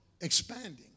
expanding